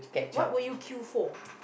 what will you queue for